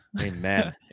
Amen